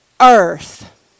earth